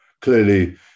clearly